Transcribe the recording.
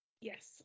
yes